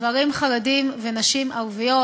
גברים חרדים ונשים ערביות.